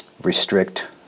restrict